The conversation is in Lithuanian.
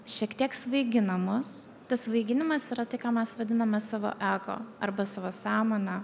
šiek tiek svaiginamas tas svaiginimas yra tai ką mes vadiname savo ego arba savo sąmone